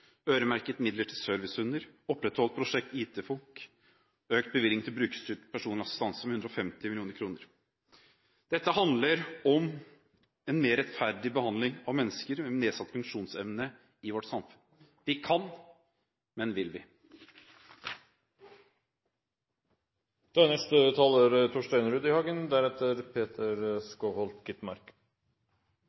øremerket midler til servicehunder opprettholdt prosjekt IT Funk økt bevilgningen til brukerstyrt personlig assistanse med 150 mill. kr. Det handler om en mer rettferdig behandling av mennesker med nedsatt funksjonsevne i vårt samfunn. Vi kan – men vil vi? I ein finansdebatt er